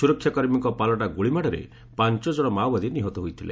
ସୁରକ୍ଷାକର୍ମୀଙ୍କ ପାଲଟା ଗୁଳିମାଡରେ ପାଞ୍ଚଜଣ ମାଓବାଦୀ ନିହତ ହୋଇଥିଲେ